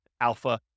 alpha